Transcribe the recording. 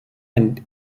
and